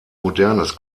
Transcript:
modernes